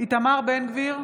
איתמר בן גביר,